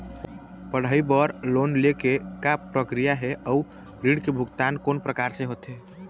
पढ़ई बर लोन ले के का प्रक्रिया हे, अउ ऋण के भुगतान कोन प्रकार से होथे?